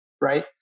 right